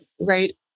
right